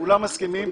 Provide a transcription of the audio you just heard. כולם מסכימים.